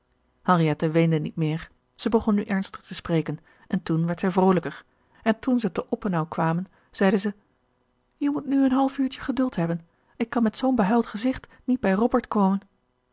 henriette weende niet meer zij begon nu ernstig te spreken en toen werd zij vroolijker en toen zij te oppenau kwamen zeide ze je moet nu een half uurtje geduld hebben ik kan met zoo'n behuild gezicht niet bij robert komen